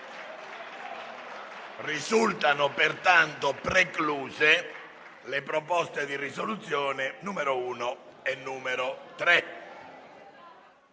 Risultano pertanto precluse le proposte di risoluzione nn. 1 e 3.